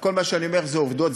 וכל מה שאני אומר זה עובדות,